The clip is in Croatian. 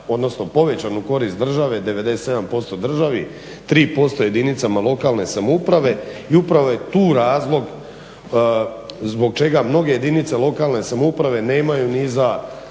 odnosno povećan u korist države 97% državi, 3% jedinicama lokalne samouprave i upravo je tu razlog zbog čega mnoge jedinice lokalne samouprave nemaju novac